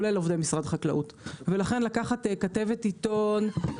כולל עובדי משרד החקלאות ולכן לקחת כתבת עיתון,